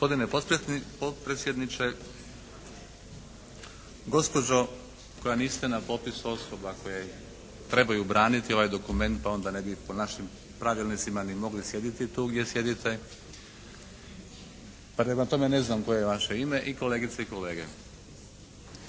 Gospodine potpredsjedniče, gospođo koja niste na popisu osoba koje trebaju braniti ovaj dokument pa onda ne bi po našim pravilnicima ni mogli sjediti tu gdje sjedite, prema tome ne znam koje je vaše ime i kolegice i kolege.